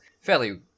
fairly